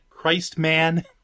Christman